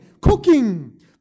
cooking